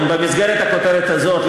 במסגרת הכותרת הזאת,